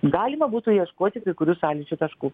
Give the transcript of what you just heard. galima būtų ieškoti kai kurių sąlyčio taškų